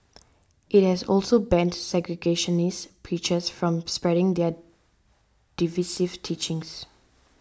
it has also banned segregationist preachers from spreading their divisive teachings